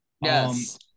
Yes